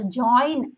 join